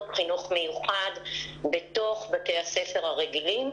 חינוך מיוחד בתוך בתי הספר הרגילים,